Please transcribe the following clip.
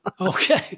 okay